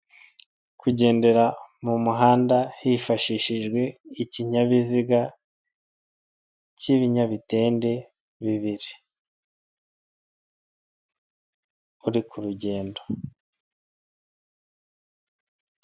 Kugendera mu muhanda hifashishijwe ikinyabiziga cy'ibyabitende ibiri, uri ku rugendo.